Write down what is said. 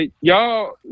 y'all